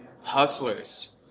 hustlers